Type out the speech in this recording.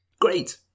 Great